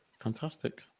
Fantastic